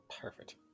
perfect